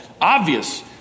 obvious